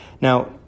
Now